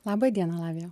laba diena lavija